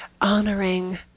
honoring